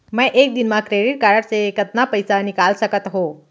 मैं एक दिन म क्रेडिट कारड से कतना पइसा निकाल सकत हो?